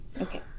Okay